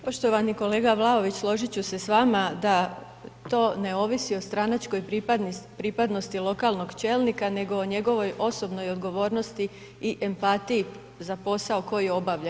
Poštovani kolega Vlaović, složit ću se s vama da to ne ovisi o stranačkoj pripadnosti lokalnog čelnika, nego o njegovoj osobnoj odgovornosti i empatiji za posao koji obavlja.